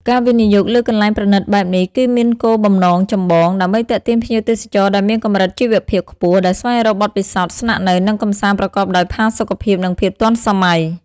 ការវិនិយោគលើកន្លែងប្រណីតបែបនេះ គឺមានគោលបំណងចម្បង ដើម្បីទាក់ទាញភ្ញៀវទេសចរដែលមានកម្រិតជីវភាពខ្ពស់ ដែលស្វែងរកបទពិសោធន៍ស្នាក់នៅ និងកម្សាន្តប្រកបដោយផាសុកភាព និងភាពទាន់សម័យ។